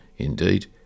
Indeed